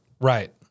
Right